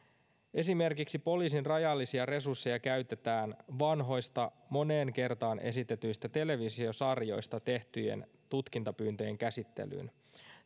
esimerkiksi poliisin rajallisia resursseja käytetään vanhoista moneen kertaan esitetyistä televisiosarjoista tehtyjen tutkintapyyntöjen käsittelyyn